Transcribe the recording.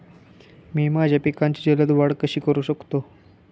मी माझ्या पिकांची जलद वाढ कशी करू शकतो?